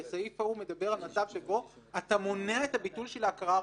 כי הסעיף ההוא מדבר על מצב שבו אתה מונע את הביטול של ההכרה הראשונה.